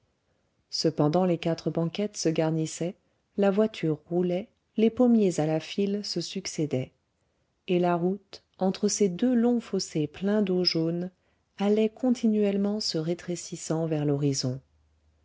cependant les quatre banquettes se garnissaient la voiture roulait les pommiers à la file se succédaient et la route entre ses deux longs fossés pleins d'eau jaune allait continuellement se rétrécissant vers l'horizon